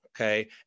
okay